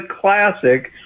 classic